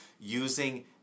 using